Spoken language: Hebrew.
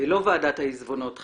לא ועדת העיזבונות חלילה.